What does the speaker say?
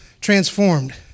transformed